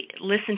listen